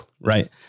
Right